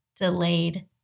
delayed